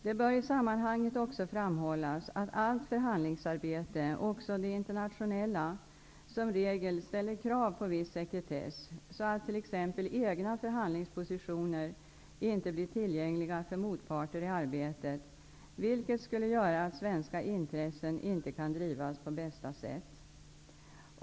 Det bör i sammanhanget också framhållas att allt förhandlingsarbete, också det internationella, som regel ställer krav på viss sekretess så att t.ex. egna förhandlingspositioner inte blir tillgängliga för motparter i arbetet, vilket skulle göra att svenska intressen inte kan drivas på bästa sätt.